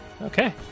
Okay